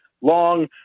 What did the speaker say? long